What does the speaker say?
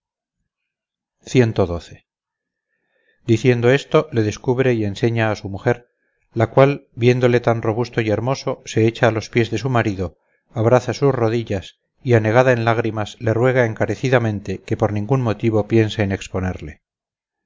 diciendo esto le descubre y enseña a su mujer la cual viéndole tan robusto y hermoso se echa a los pies de su marido abraza sus rodillas y anegada en lágrimas le ruega encarecidamente que por ningún motivo piense en exponerle